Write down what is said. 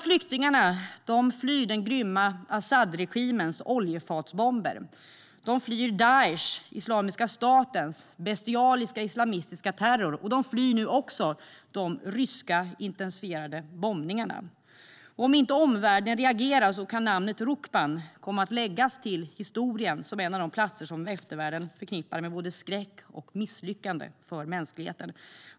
Flyktingarna flyr den grymma Asadregimens oljefatsbomber. De flyr den bestialiska islamistiska terrorn från Daish, Islamiska staten, och de flyr nu också de ryska, intensifierade bombningarna. Om inte omvärlden reagerar kan namnet Rukban komma att läggas till historien som en av de platser som eftervärlden förknippar med både skräck och misslyckande för mänskligheten.